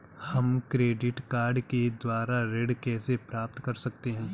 हम credit card के द्वारा ऋण कैसे प्राप्त कर सकते हैं?